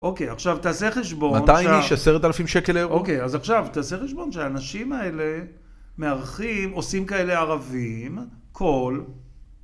אוקיי, עכשיו, תעשה חשבון ש... 200 איש, 10,000 שקל לאירוע. אוקיי, אז עכשיו, תעשה חשבון שהאנשים האלה מארחים, עושים כאלה ערבים, כל...